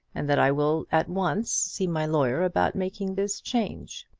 and that i will at once see my lawyer about making this change.